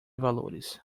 valores